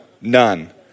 none